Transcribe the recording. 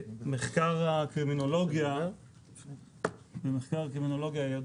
במחקר הקרימינולוגיה ידוע,